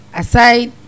aside